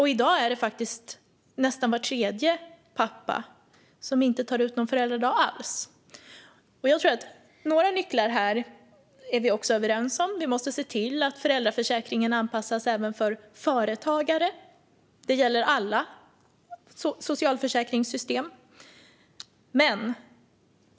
I dag tar faktiskt var tredje pappa inte ut någon föräldradag alls. Några av nycklarna tror jag att är vi överens om. Vi måste se till att föräldraförsäkringen anpassas även för företagare. Det gäller alla socialförsäkringssystem.